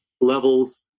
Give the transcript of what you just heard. levels